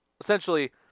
essentially